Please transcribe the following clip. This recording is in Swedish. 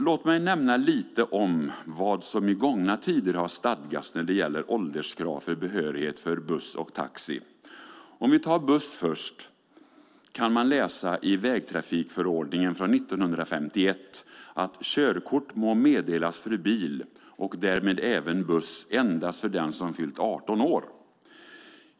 Låt mig nämna några ord om vad som i gångna tider har stadgats när det gäller ålderskrav avseende behörighet för buss och taxi. Om buss kan man i vägtrafikförordningen från 1951 läsa att "körkort må meddelas för bil endast för den som fyllt 18 år".